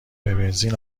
بنزین